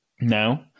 now